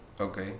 Okay